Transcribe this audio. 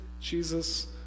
Jesus